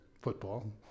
Football